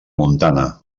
montana